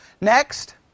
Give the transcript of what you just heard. Next